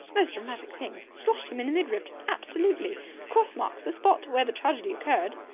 most dramatic thing. sloshed him in the midriff. absolutely. the cross marks the spot where the tragedy occurred.